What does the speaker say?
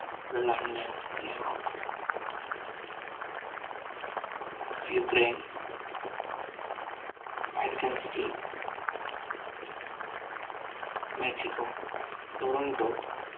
London New York Ukraine Vatican city Mexico Toronto